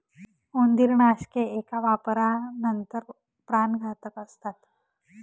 उंदीरनाशके एका वापरानंतर प्राणघातक असतात